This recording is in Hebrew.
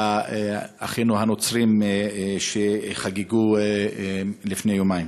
לאחינו הנוצרים שחגגו לפני יומיים.